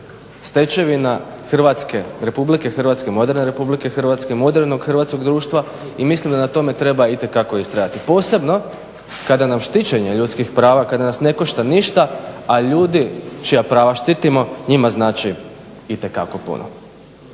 stečevina Hrvatske, RH, moderne RH, modernog hrvatskog društva i mislim da na tome treba itekako ustrajati. Posebno kada nam štićenje ljudskih prava, kada nas ne košta ništa a ljudi čija prava štitimo njima znači itekako puno.